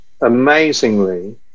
amazingly